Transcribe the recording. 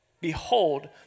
Behold